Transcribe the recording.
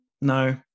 no